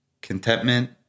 contentment